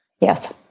Yes